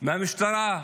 מהמשטרה.